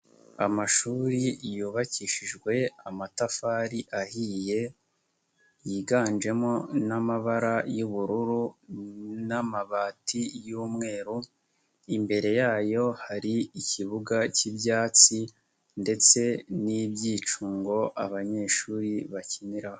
Amashuri yubakishijwe amatafari ahiye, yiganjemo n'amabara y'ubururu n'amabati y'umweru, imbere yayo hari ikibuga cy'ibyatsi ndetse n'ibyicungo abanyeshuri bakiniraho.